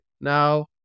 now